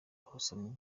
abasomyi